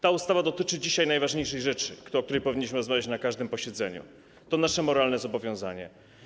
Ta ustawa dotyczy najważniejszej dzisiaj rzeczy, o której powinniśmy rozmawiać na każdym posiedzeniu, to nasze moralne zobowiązanie.